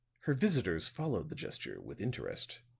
her visitors followed the gesture with interest.